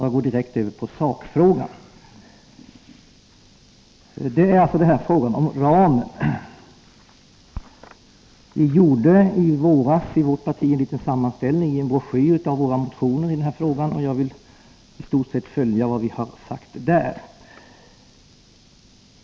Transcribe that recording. Jag går direkt över på sakfrågan, som alltså gäller kostnadsramen. Vårt parti gjorde i våras i en broschyr en liten sammanställning av våra motioner i denna fråga, och jag skall i stort sett följa vad vi har sagt där.